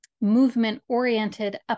movement-oriented